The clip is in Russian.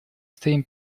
стоим